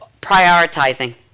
prioritizing